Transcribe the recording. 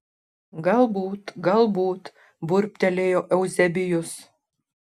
galbūt galbūt burbtelėjo euzebijus